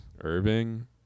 Irving